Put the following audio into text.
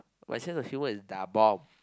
my sense of humour is da bomb